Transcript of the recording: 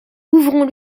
ouvrons